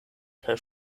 kaj